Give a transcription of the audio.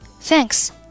Thanks